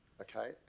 okay